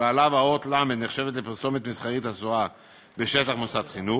ועליו האות ל' נחשבת לפרסומת מסחרית אסורה בשטח מוסד חינוך,